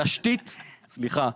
סליחה.